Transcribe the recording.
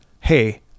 hey